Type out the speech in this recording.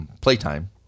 Playtime